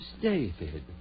David